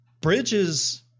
bridges